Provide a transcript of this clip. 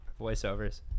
voiceovers